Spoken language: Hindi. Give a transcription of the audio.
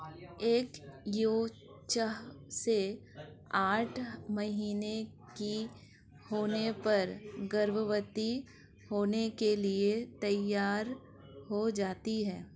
एक ईव छह से आठ महीने की होने पर गर्भवती होने के लिए तैयार हो जाती है